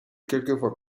quelquefois